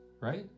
right